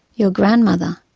your grandmother,